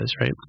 right